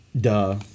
Duh